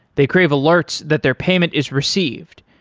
they crave alerts that their payment is received.